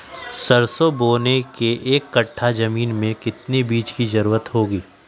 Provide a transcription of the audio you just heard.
सरसो बोने के एक कट्ठा जमीन में कितने बीज की जरूरत होंगी?